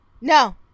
No